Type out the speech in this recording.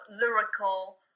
lyrical